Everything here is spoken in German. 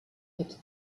mit